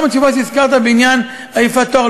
גם התשובות שהזכרת בעניין "יפת תואר",